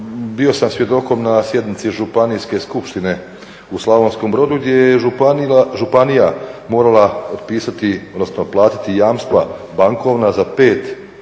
bio sam svjedokom na sjednici Županijske skupštine u Slavonskom Brodu gdje je županija morala otpisati odnosno platiti jamstva bankovna za 5